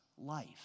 life